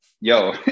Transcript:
yo